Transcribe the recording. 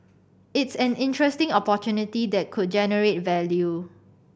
it's an interesting opportunity that could generate value